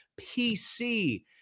PC